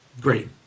Great